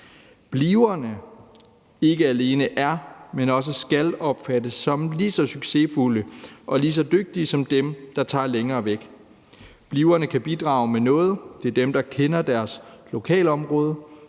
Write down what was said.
Bliverne ikke alene er, men skal også opfattes som lige så succesfulde og lige så dygtige som dem, der tager længere væk. Bliverne kan bidrage med noget; det er dem, der kender deres lokalområde;